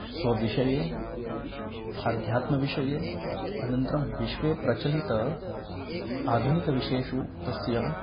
स्वविषये अध्यात्मविषये अनन्तरं विश्वे प्रचलितः आधुनिकविषयेषु तस्य